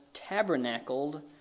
tabernacled